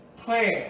Plan